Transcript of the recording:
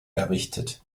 errichtet